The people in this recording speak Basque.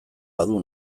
badu